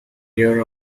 year